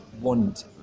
want